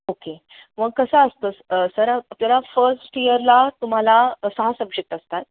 okay मग कसं असतं सर आपल्याला फस्ट इयरला तुम्हाला सहा सब्जेक्ट असतात